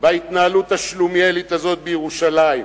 בהתנהגות השלומיאלית הזאת בירושלים.